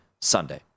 Sunday